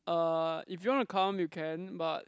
uh if you wanna to come you can but